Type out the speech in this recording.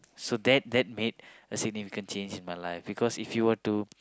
so that that made a significant change in my life because if you were to